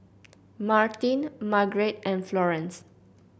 Martin Margarete and Florance